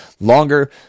longer